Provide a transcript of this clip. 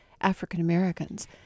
African-Americans